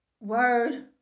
Word